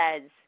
says